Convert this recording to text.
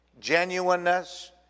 genuineness